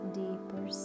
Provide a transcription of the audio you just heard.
deeper